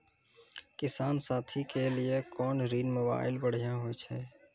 किसान साथी के लिए कोन कृषि मोबाइल बढ़िया होय छै?